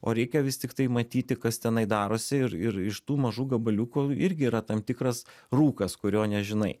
o reikia vis tiktai matyti kas tenai darosi ir ir iš tų mažų gabaliukų irgi yra tam tikras rūkas kurio nežinai